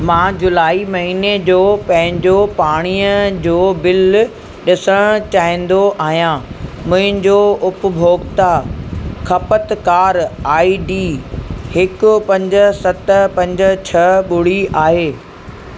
मां जुलाई महीने जो पंहिंजो पाणीअ जो बिल ॾिसण चाहिंदो आहियां मुंहिंजो उपभोक्ता खपतकारु आईडी हिकु पंज सत पंज छह ॿुड़ी आहे